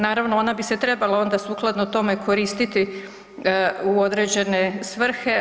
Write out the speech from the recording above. Naravno, ona bi se trebala onda sukladno tome koristiti u određene svrhe.